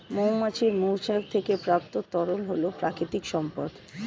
মৌমাছির মৌচাক থেকে প্রাপ্ত তরল হল প্রাকৃতিক সম্পদ